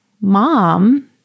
mom